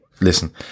listen